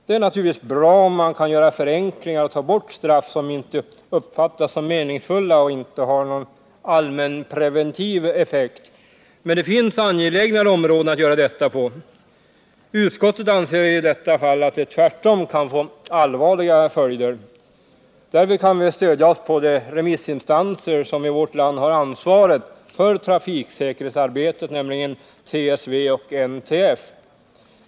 Det är naturligtvis bra, om man kan göra förenklingar och ta bort straff som inte uppfattas som meningsfulla och inte har någon allmänpreventiv effekt, men det finns angelägnare områden härvidlag. Utskottet anser i detta fall att det tvärtom kan få allvarliga följder. Därvid kan vi stödja oss på de remissinstanser som i vårt land har ansvaret för trafiksäkerhetsarbetet, nämligen TSV och NTF.